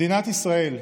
מדינת ישראל,